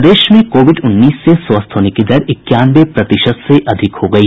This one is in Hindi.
प्रदेश में कोविड उन्नीस से स्वस्थ होने की दर इक्यानवे प्रतिशत से अधिक हो गयी